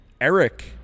Eric